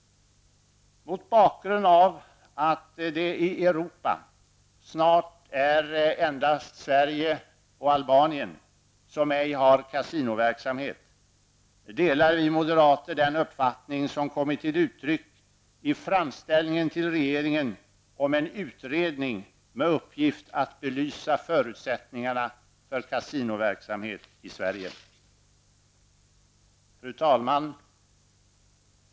Mot bakgrund av att det i Europa snart är endast Sverige och Albanien som ej har kasinoverksamhet delar vi moderater den uppfattning som kommit till uttryck i framställningen till regeringen om en utredning med uppgift att belysa förutsättningarna för kasinoverksamhet i Sverige. Fru talman!